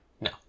No